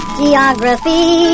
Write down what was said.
geography